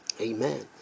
Amen